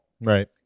Right